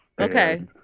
okay